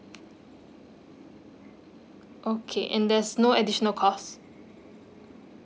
okay and there's no additional cost